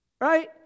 Right